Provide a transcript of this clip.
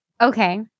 Okay